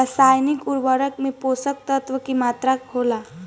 रसायनिक उर्वरक में पोषक तत्व की मात्रा होला?